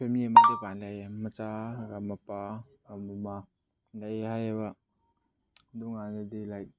family ꯃꯆꯥꯒ ꯃꯄꯥ ꯃꯃꯥ ꯂꯩ ꯍꯥꯏꯌꯦꯕ ꯑꯗꯨꯀꯥꯟꯗꯗꯤ ꯂꯥꯏꯛ